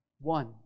One